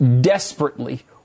desperately